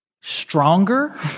stronger